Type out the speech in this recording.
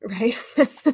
right